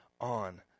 on